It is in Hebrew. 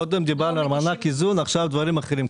קודם דיברנו על מענק איזון, עכשיו דברים אחרים.